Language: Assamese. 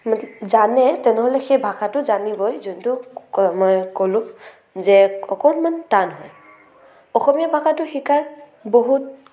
জানে তেনেহ'লে সেই ভাষাটো জানিবই যোনটো ক'লো যে অকণমান টান হয় অসমীয়া ভাষাটো শিকাত বহুত সহজ